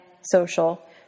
social